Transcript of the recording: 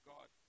God